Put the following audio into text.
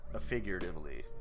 figuratively